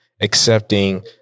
accepting